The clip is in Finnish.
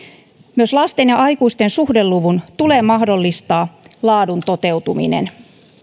myös lasten ja aikuisten suhdeluvun tulee mahdollistaa laadun toteutuminen